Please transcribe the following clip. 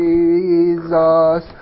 Jesus